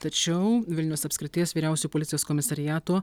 tačiau vilniaus apskrities vyriausio policijos komisariato